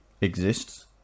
exists